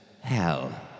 hell